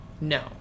No